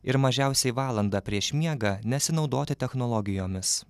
ir mažiausiai valandą prieš miegą nesinaudoti technologijomis